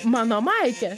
mano maikė